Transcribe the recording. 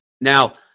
Now